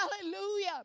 hallelujah